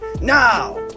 now